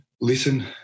listen